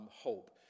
hope